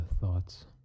thoughts